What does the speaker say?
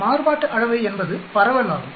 மாறுபாட்டு அளவை என்பது பரவல் ஆகும்